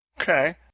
Okay